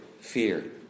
fear